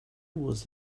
was